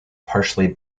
partially